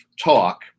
talk